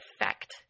effect